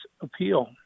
appeal